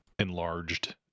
enlarged